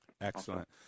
Excellent